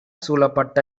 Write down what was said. சூழப்பட்ட